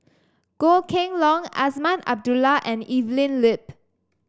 Goh Kheng Long Azman Abdullah and Evelyn Lip